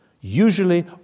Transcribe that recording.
usually